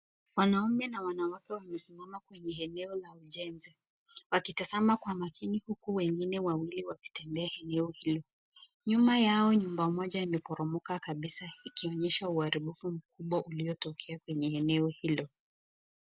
Wanaume na wanawake wamesimama kwenye eneo la ujenzi. Wakitazama kwa makini huku wengine wawili wakitembea eneo hilo. Nyuma yao nyumba moja imeporomoka kabisa ikionyesha uharibifu mkubwa uliotokea kwenye eneo hilo.